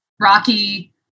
rocky